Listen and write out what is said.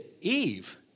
Eve